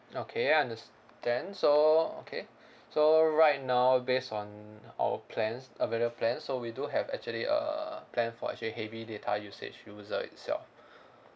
okay understand so okay so right now based on our plans available plans so we do have actually a plan for actually heavy data usage user itself